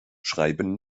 schreiben